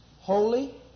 holy